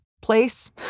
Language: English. place